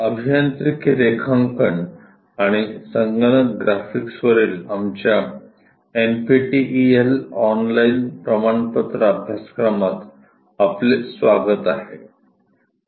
अभियांत्रिकी रेखांकन आणि संगणक ग्राफिक्स वरील आमच्या एनपीटीईएल ऑनलाइन प्रमाणपत्र अभ्यासक्रमात आपले स्वागत आहे